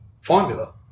formula